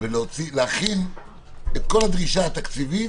ולהכין את כל הדרישה התקציבית